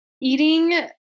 eating